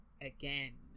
again